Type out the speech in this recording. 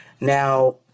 Now